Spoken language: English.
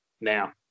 now